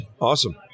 Awesome